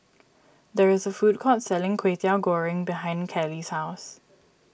there is a food court selling Kwetiau Goreng behind Kallie's house